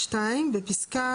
(ב2) בפסקה